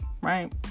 right